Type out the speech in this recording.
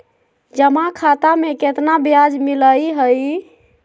जमा खाता में केतना ब्याज मिलई हई?